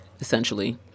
essentially